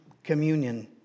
Communion